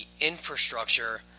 infrastructure